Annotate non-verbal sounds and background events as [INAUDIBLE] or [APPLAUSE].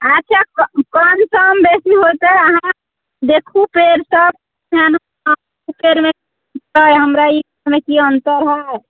अच्छा कम सम बेसी होतै अहाँ देखु पेड़ तब ने अहाँ [UNINTELLIGIBLE] हमरा पेड़मे की अंतर हइ